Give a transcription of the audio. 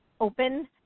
open